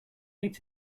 ate